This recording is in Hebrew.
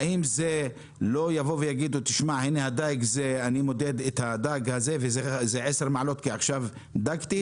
האם לא יאמרו שמודדים את הדג ויש 10 מעלות כי עכשיו הוא דג אותו?